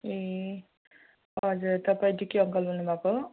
ए हजुर तपाईँ DK uncle बोल्नुभएको हो